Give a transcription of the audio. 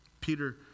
Peter